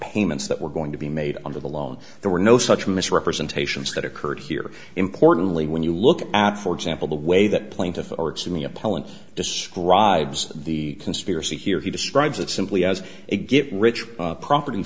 payments that were going to be made on the loan there were no such misrepresentations that occurred here importantly when you look at for example the way that plaintiff to me appellant describes the conspiracy here he describes it simply as a get rich property